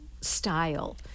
style